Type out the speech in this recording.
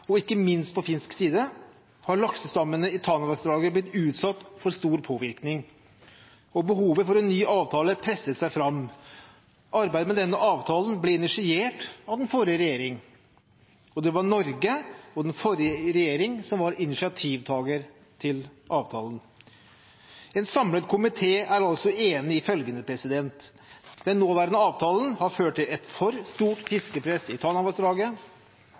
ikke minst på finsk side, har laksestammene i Tanavassdraget blitt utsatt for stor påvirkning, og behovet for en ny avtale presset seg fram. Arbeidet med denne avtalen ble initiert av den forrige regjeringen, og det var Norge og den forrige regjeringen som var initiativtaker til avtalen. En samlet komité er altså enig i følgende: Den nåværende avtalen har ført til et for stort fiskepress i Tanavassdraget.